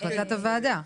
החלטת הוועדה.